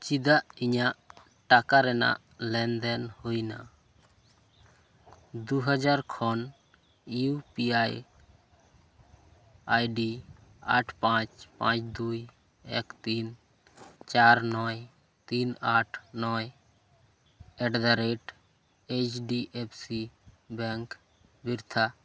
ᱪᱮᱫᱟᱜ ᱤᱧᱟᱹᱜ ᱴᱟᱠᱟ ᱨᱮᱱᱟᱜ ᱞᱮᱱᱫᱮᱱ ᱦᱩᱭᱮᱱᱟ ᱫᱩ ᱦᱟᱡᱟᱨ ᱠᱷᱚᱱ ᱤᱭᱩ ᱯᱤ ᱟᱭ ᱟᱭᱰᱤ ᱟᱴ ᱯᱟᱸᱪ ᱯᱟᱸᱪ ᱫᱩᱭ ᱮᱠ ᱛᱤᱱ ᱪᱟᱨ ᱱᱚᱭ ᱛᱤᱱ ᱟᱴ ᱱᱚᱭ at the rate H D F C bank ᱵᱤᱨᱛᱷᱟ